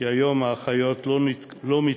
כי היום אחיות לא מתקבלות,